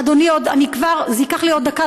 אדוני, זה ייקח לי עוד דקה.